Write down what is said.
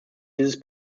dieses